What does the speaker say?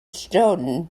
snowden